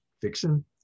fiction